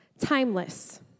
Timeless